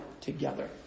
together